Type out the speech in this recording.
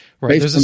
right